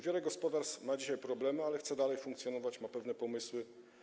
Wiele gospodarstw ma dzisiaj problemy, ale chce dalej funkcjonować, ma pewne pomysły.